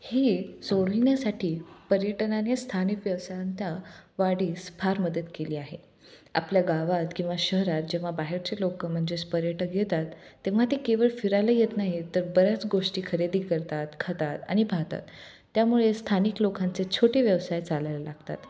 हे सोडविण्या्साठी पर्यटनाने स्थानिक व्यवसायात वाडीस फार मदत केली आहे आपल्या गावात किंवा शहरात जेव्हा बाहेरचे लोकं म्हणजेच पर्यटक येतात तेव्हा ते केवळ फिरायला येत नाही तर बऱ्याच गोष्टी खरेदी करतात खातात आणि पाहतात त्यामुळे स्थानिक लोकांचे छोटे व्यवसाय चालायला लागतात